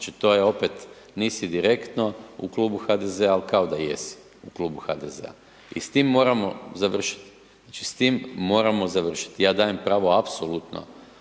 Znači, to je opet nisi direktno u Klubu HDZ-a, al kao da jesi u Klubu HDZ-a i s tim moramo završit, znači, s tim moramo završit, ja dajem pravo apsolutno